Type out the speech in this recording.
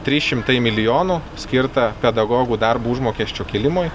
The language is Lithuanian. trys šimtai milijonų skirta pedagogų darbo užmokesčio kėlimui